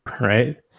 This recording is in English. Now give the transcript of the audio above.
right